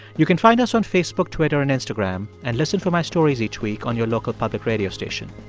you can find us on facebook, twitter and instagram and listen for my stories each week on your local public radio station.